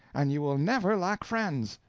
and you will never lack friends.